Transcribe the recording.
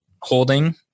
holding